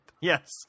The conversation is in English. Yes